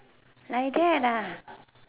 like that ah